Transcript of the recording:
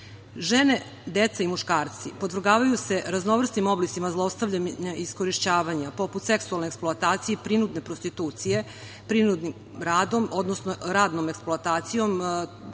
Žene, deca i muškarci podvrgavaju se raznovrsnim oblicima zlostavljanja i iskorišćavanja, poput seksualne eksploatacije i prinudne prostitucije, prinudnim radom, odnosno radnom eksploatacijom,